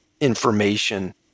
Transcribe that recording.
information